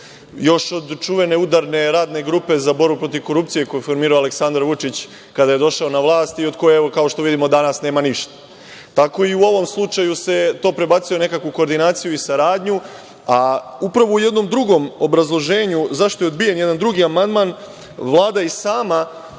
Još od čuvene udarne radne grupe za borbu protiv korupcije, koju je formirao Aleksandar Vučić, kada je došao na vlast i od koje, kao što vidimo danas, nema ništa, tako se i u ovom slučaju to prebacuje nekako u koordinaciju i saradnju. Upravo u jednom drugom obrazloženju zašto je odbijen jedan drugi amandman, Vlada i sama